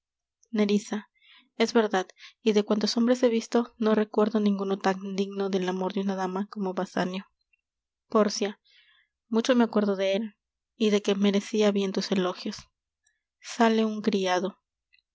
es verdad y de cuantos hombres he visto no recuerdo ninguno tan digno del amor de una dama como basanio pórcia mucho me acuerdo de él y de que merecia bien tus elogios sale un criado